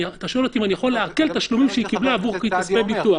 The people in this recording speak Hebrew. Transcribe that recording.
אתה שואל אם אני יכול לעקל תשלומים שהיא קיבלה עבור כספי ביטוח.